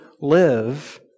live